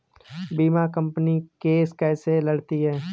बीमा company case कैसे लड़ती है?